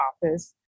office